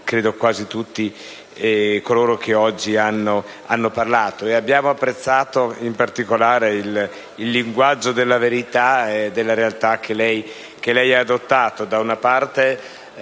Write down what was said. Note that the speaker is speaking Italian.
di quasi tutti coloro che oggi hanno parlato. Abbiamo apprezzato, in particolare, il linguaggio della verità e della realtà che lei ha adottato: da una parte,